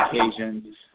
occasions